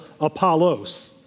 Apollos